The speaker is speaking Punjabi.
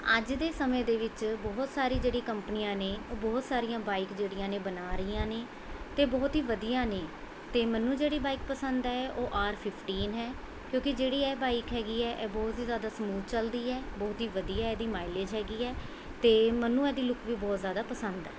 ਅੱਜ ਦੇ ਸਮੇਂ ਦੇ ਵਿੱਚ ਬਹੁਤ ਸਾਰੀ ਜਿਹੜੀ ਕੰਪਨੀਆਂ ਨੇ ਉਹ ਬਹੁਤ ਸਾਰੀਆਂ ਬਾਈਕ ਜਿਹੜੀਆਂ ਨੇ ਬਣਾ ਰਹੀਆਂ ਨੇ ਅਤੇ ਬਹੁਤ ਹੀ ਵਧੀਆ ਨੇ ਅਤੇ ਮੈਨੂੰ ਜਿਹੜੀ ਬਾਈਕ ਪਸੰਦ ਹੈ ਉਹ ਆਰ ਫਿਫਟੀਨ ਹੈ ਕਿਉਂਕਿ ਜਿਹੜੀ ਇਹ ਬਾਈਕ ਹੈਗੀ ਹੈ ਇਹ ਬਹੁਤ ਹੀ ਜ਼ਿਆਦਾ ਸਮੂਥ ਚੱਲਦੀ ਹੈ ਬਹੁਤ ਹੀ ਵਧੀਆ ਇਹਦੀ ਮਾਈਲੇਜ ਹੈਗੀ ਹੈ ਅਤੇ ਮੈਨੂੰ ਇਹਦੀ ਲੁੱਕ ਵੀ ਬਹੁਤ ਜ਼ਿਆਦਾ ਪਸੰਦ ਹੈ